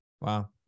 Wow